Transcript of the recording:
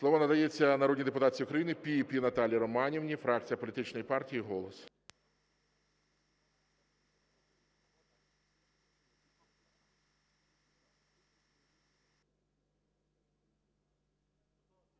Слово надається народній депутатці Україні Піпі Наталії Романівні, фракція політичної партії "Голос".